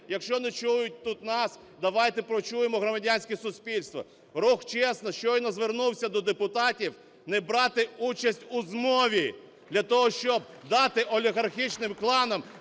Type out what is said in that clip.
якщо не чують тут нас, давайте почуємо громадянське суспільство. Рух "ЧЕСНО" щойно звернувся до депутатів не брати участь у змові для того, щоб дати олігархічним кланам